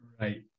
Right